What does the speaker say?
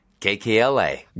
KKLA